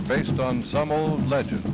they're based on some old leg